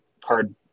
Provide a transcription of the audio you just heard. card